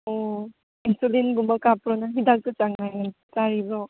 ꯑꯣ ꯏꯟꯁꯨꯂꯤꯟꯒꯨꯝꯕ ꯀꯥꯞꯄ꯭ꯔꯣ ꯅꯪ ꯍꯤꯗꯥꯛꯇꯨ ꯆꯥꯡ ꯅꯥꯏꯅ ꯆꯥꯔꯤꯕ꯭ꯔꯣ